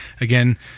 Again